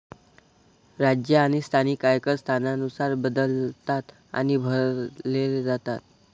राज्य आणि स्थानिक आयकर स्थानानुसार बदलतात आणि भरले जातात